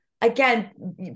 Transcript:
again